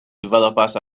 developers